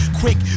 quick